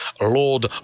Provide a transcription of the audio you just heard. Lord